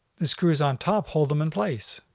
the screws on top hold them in place.